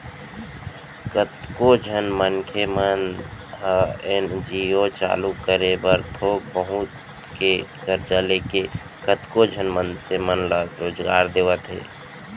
कतको झन मनखे मन ह एन.जी.ओ चालू करे बर थोक बहुत के करजा लेके कतको झन मनसे मन ल रोजगार देवत हे